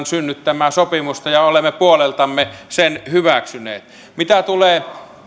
synnyttämää sopimusta ja olemme puoleltamme sen hyväksyneet mitä tulee